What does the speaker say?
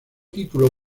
título